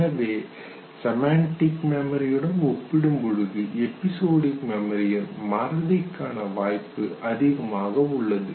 எனவே செமண்டிக் மெமரியுடன் ஒப்பிடும்பொழுது எபிசொடிக் மெமரியில் மறதிக் காண வாய்ப்பு அதிகமாக உள்ளது